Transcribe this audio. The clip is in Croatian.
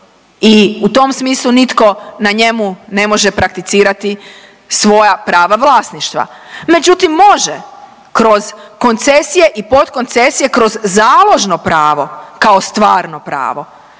i u tom smislu nitko na njemu ne može prakticirati svoja prava vlasništva. Međutim može, kroz koncesije i potkoncesije, kroz založno pravo kao stvarno pravo